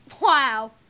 Wow